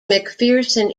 macpherson